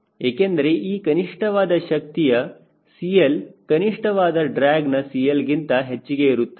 ಏಕೆಂದರೆ ಈ ಕನಿಷ್ಠವಾದ ಶಕ್ತಿಯ CL ಕನಿಷ್ಠವಾದ ಡ್ರ್ಯಾಗ್ನ CLಗಿಂತ ಹೆಚ್ಚಿಗೆ ಇರುತ್ತದೆ